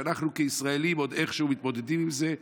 שאנחנו כישראלים עוד איכשהו מתמודדים עם זה.